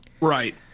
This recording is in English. Right